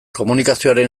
komunikazioaren